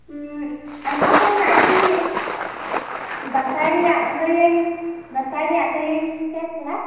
ᱟᱭᱢᱟ ᱠᱚᱨᱮᱱᱟᱜ ᱜᱮ ᱫᱟᱸᱥᱟᱭ ᱨᱮᱭᱟᱜ ᱞᱟᱹᱭᱟᱹᱧ ᱫᱟᱸᱥᱟᱭ ᱨᱮᱭᱟᱜ ᱞᱟᱹᱭᱟᱹᱧ ᱢᱮᱥᱮ ᱛᱷᱚᱲᱟ